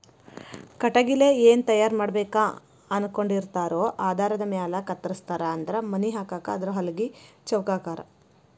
ಕಟಗಿಲೆ ಏನ ತಯಾರ ಮಾಡಬೇಕ ಅನಕೊಂಡಿರತಾರೊ ಆಧಾರದ ಮ್ಯಾಲ ಕತ್ತರಸ್ತಾರ ಅಂದ್ರ ಮನಿ ಹಾಕಾಕ ಆದ್ರ ಹಲಗಿ ಚೌಕಾಕಾರಾ